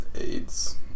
AIDS